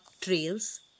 trails